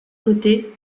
côtés